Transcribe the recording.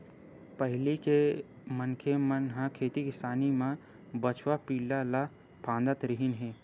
पहिली के मनखे मन ह खेती किसानी म बछवा पिला ल फाँदत रिहिन हे